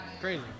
Crazy